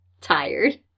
tired